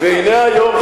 והנה היום,